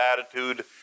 attitude